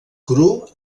cru